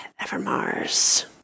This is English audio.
Evermars